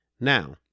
Now